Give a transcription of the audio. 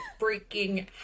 freaking